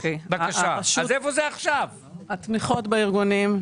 התמיכות בארגונים,